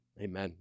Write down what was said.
amen